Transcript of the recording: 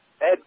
Ed